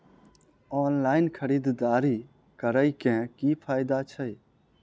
Online खरीददारी करै केँ की फायदा छै?